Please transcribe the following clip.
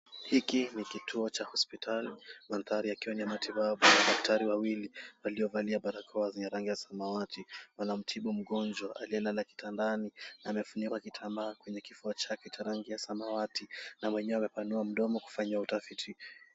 Hiki ni kituo cha hospitali, mandhari yakiwa ni ya matibabu. Daktari wawili waliovalia barakoa zenye rangi ya samawati wanamtibu mgonjwa aliyelala kitandani. Amefunikwa kitambaa kwenye kifua chake cha rangi ya samawati na mwenyewe amepanua mdomo kufanyiwa utafiti.